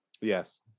Yes